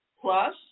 Plus